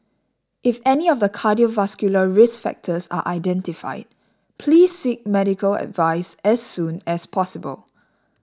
if any of the cardiovascular risk factors are identified please seek medical advice as soon as possible